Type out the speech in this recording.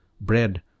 bread